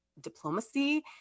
diplomacy